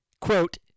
quote